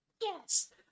Yes